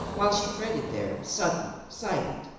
while she fretted there, sudden, silent,